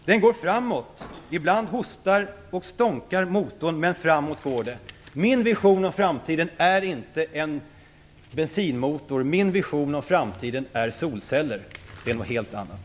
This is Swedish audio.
Den går framåt. Ibland hostar och stånkar motorn, men framåt går det. Min vision om framtiden är inte en bensinmotor. Min vision om framtiden är solceller. Det är något helt annat.